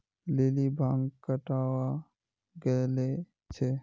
lily भांग कटावा गले छे